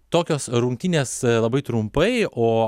tokios rungtynės labai trumpai o